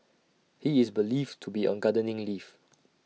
he is believed to be on gardening leave